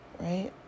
right